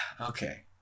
Okay